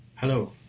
Hello